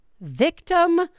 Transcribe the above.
victim